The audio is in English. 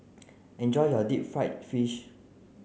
enjoy your deep fried fish